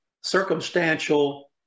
circumstantial